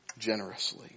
Generously